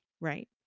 right